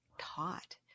taught